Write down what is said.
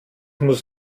muss